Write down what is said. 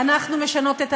הכול יוצא.